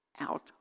out